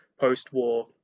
post-war